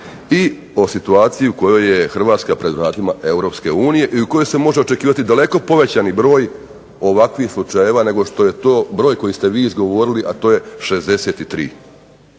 i o situaciji u kojoj je Hrvatska pred vratima Europske unije i u kojoj se može očekivati daleko povećani broj ovakvih slučajeva nego što je to broj koji ste vi izgovorili a to je 63.